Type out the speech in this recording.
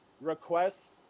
requests